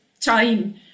time